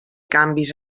canvis